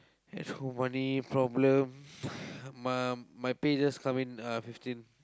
there's so many problems my my pay just come in uh fifteen